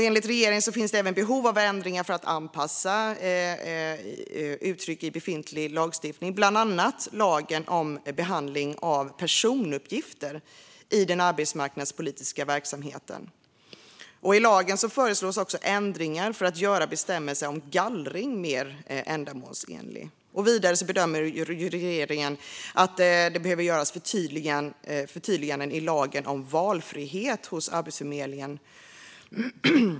Enligt regeringen finns det även behov av ändringar för att anpassa uttryck i befintlig lagstiftning, bland annat i lagen om behandling av personuppgifter i den arbetsmarknadspolitiska verksamheten. I lagen föreslås också ändringar för att göra bestämmelsen om gallring mer ändamålsenlig. Vidare bedömer regeringen att det behöver göras förtydliganden i lagen om valfrihet hos Arbetsförmedlingen.